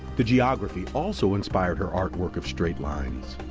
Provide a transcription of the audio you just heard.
the geography also inspired her artwork of straight lines.